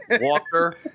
Walker